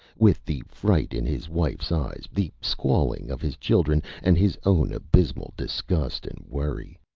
with the fright in his wife's eyes, the squalling of his children, and his own abysmal disgust and worry.